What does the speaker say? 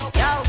yo